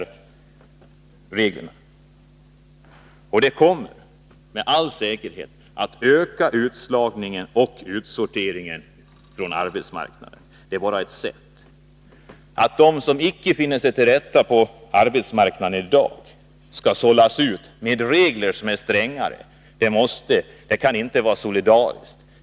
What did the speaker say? De föreslagna ändringarna kommer med all sannolikhet att öka utslagningen och utsorteringen från arbetsmarknaden. Det är bara ett sätt. Att de som inte finner sig till rätta på arbetsmarknaden i dag skall sållas ut med regler som är strängare kan inte vara solidariskt.